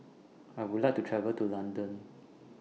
I Would like to travel to London